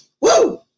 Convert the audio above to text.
Woo